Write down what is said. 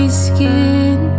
skin